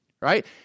right